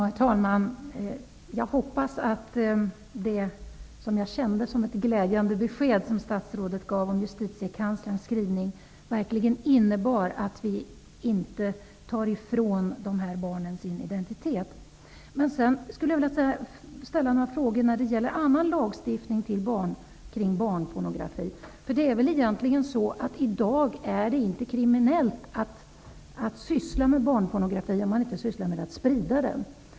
Herr talman! Jag hoppas att det glädjande besked som statsrådet gav om justitiekanslerns skrivning verkligen innebär att vi inte tar ifrån dessa barn deras identitet. Jag vill ställa några frågor när det gäller annan lagstiftning kring barnpornografi. I dag är det inte kriminellt att syssla med barnpornografi, om man inte sprider den.